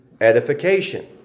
edification